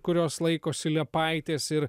kurios laikosi liepaitės ir